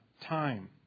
time